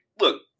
look